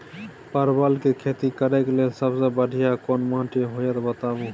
परवल के खेती करेक लैल सबसे बढ़िया कोन माटी होते बताबू?